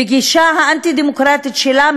בגישה האנטי-דמוקרטית שלה,